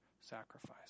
sacrifice